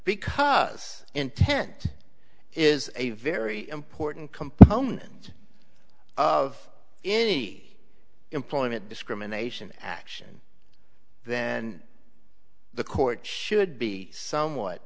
because intent is a very important component of any employment discrimination action then the court should be somewhat